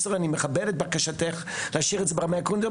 אני מכבד את בקשתך להשאיר את זה ברמה עקרונית,